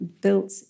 built